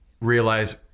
realize